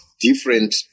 different